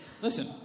Listen